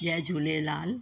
Jay Jhulelal